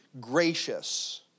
gracious